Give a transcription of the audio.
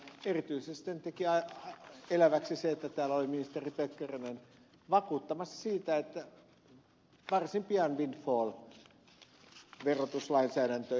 erityisesti sen teki eläväksi se että täällä oli ministeri pekkarinen vakuuttamassa siitä että varsin pian windfall verotuslainsäädäntö etenee